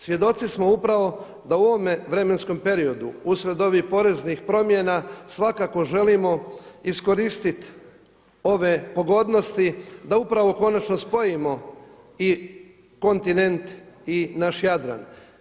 Svjedoci smo upravo da u ovome vremenskom periodu uslijed ovih poreznih promjena svakako želimo iskoristiti ove pogodnosti da upravo konačno spojimo i kontinent i naš Jadran.